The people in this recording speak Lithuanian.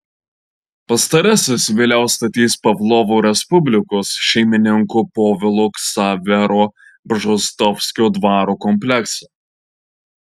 pastarasis vėliau statys pavlovo respublikos šeimininko povilo ksavero bžostovskio dvaro kompleksą